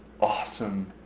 awesome